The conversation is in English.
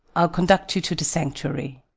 i'll conduct you to the sanctuary.